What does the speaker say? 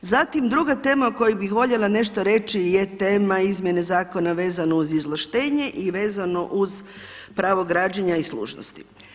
Zatim druga tema o kojoj bih voljela nešto reći je tema izmjene zakona vezano uz izvlaštenje i vezano uz pravo građenja i služnosti.